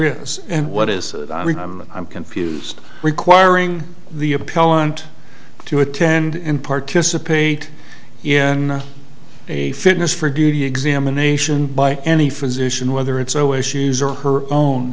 is and what is i'm confused requiring the appellant to attend and participate in a fitness for duty examination by any physician whether it's always shoes or her